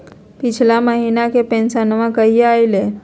पिछला महीना के पेंसनमा कहिया आइले?